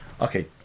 Okay